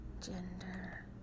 Gender